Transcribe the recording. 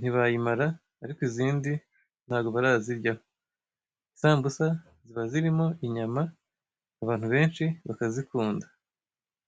ntibayimara, ariko izindi ntabwo baraziryaho. Isambusa ziba zirimo inyama, abantu benshi bakazikunda.